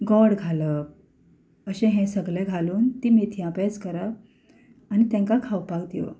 गोड घालप अशें हें सगलें घालून ती मेथया पेज करप आनी तेंकां खावपाक दिवप